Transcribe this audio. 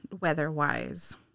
weather-wise